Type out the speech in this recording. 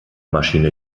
maschinen